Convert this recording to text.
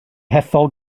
hethol